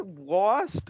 lost